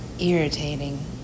irritating